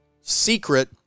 secret